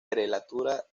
prelatura